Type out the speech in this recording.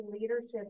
leadership